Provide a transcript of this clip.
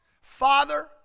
Father